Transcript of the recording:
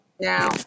Now